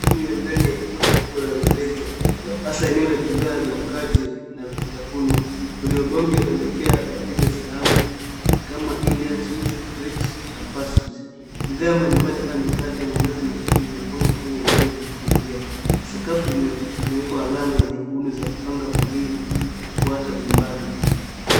Sehemu ya ndani ya duka kubwa la rejareja hasa eneo la bidhaa za mkate na vitafuno. Kwenye ubonge unaelekea wateja sahamu kama Indian sweets, crips na passages . Bidhaa mbalimbali kama mikate, mandazi na kingi zimepangwa kwenye vioo vya kuuzia. Sakafu imewekwa alama ya nyekundu za kupanga foleni kufuata umbali.